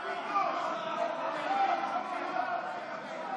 לא רק לפרוטוקול, הוא היה פה.